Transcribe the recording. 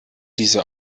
diese